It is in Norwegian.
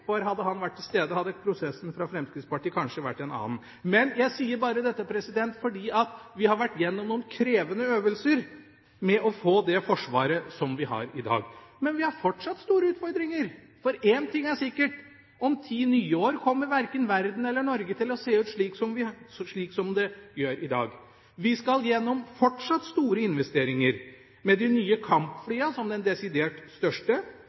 hadde han vært til stede, hadde prosessen fra Fremskrittspartiet kanskje vært en annen. Jeg sier dette fordi vi har vært gjennom noen krevende øvelser med å få det forsvaret som vi har i dag. Men vi har fortsatt store utfordringer, for én ting er sikkert: Om ti nye år kommer verken verden eller Norge til å se ut slik som i dag. Vi skal fortsatt gjennom store investeringer, med de nye kampflyene som den desidert største.